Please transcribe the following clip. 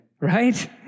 right